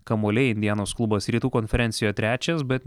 kamuoliai indianos klubas rytų konferencijoje trečias bet